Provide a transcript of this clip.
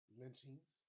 lynchings